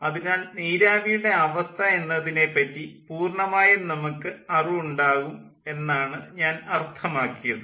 അതിനാൽ നീരാവിയുടെ അവസ്ഥ എന്നതിനെപ്പറ്റി പൂർണ്ണമായും നമുക്ക് അറിവുണ്ടാകും എന്നാണ് ഞാൻ അർത്ഥമാക്കിയത്